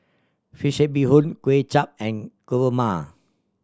fish head bee hoon Kuay Chap and kurma